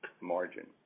margin